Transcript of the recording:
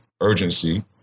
urgency